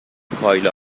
کایلا